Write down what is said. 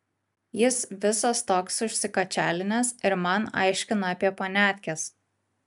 jis visas toks užsikačialinęs ir man aiškina apie paniatkes